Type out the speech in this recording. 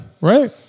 Right